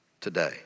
today